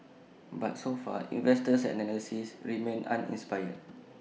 but so far investors and analysts remain uninspired